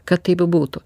kad taip būtų